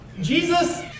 Jesus